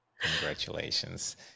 congratulations